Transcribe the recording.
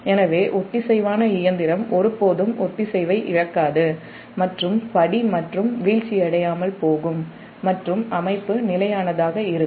எனவே ஒத்திசைவான இயந்திரம் ஒருபோதும் ஒத்திசைவை இழக்காது மற்றும் படி வீழ்ச்சியடையாமல் போகும் மற்றும் அமைப்பு நிலையானதாக இருக்கும்